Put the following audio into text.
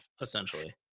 essentially